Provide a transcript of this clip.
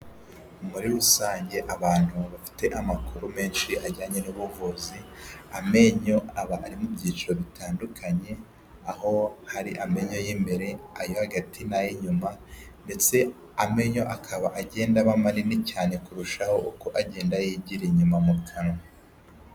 Muri rusange abantu bafite amakuru menshi ajyanye n'ubuvuzi amenyo aba ari mu byiciro bitandukanye, aho hari amenyo y'imbere, ayo hagati n'ay'inyuma ndetse amenyo akaba agenda aba manini cyane kurushaho uko agenda yigira inyuma mu kanwa.